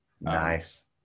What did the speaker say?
Nice